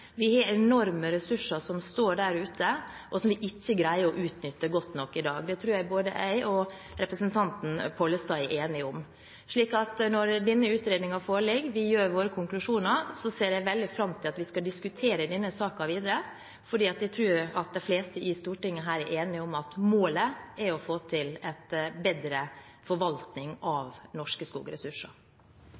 Vi har enorme ressurser som står der ute, og som vi ikke greier å utnytte godt nok i dag. Det tror jeg både representanten Pollestad og jeg er enige om. Når denne utredningen foreligger, og vi trekker våre konklusjoner, ser jeg veldig fram til at vi skal diskutere denne saken videre, for jeg tror at de fleste i Stortinget er enige om at målet er å få til en bedre forvaltning av norske skogressurser.